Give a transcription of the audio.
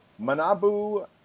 Manabu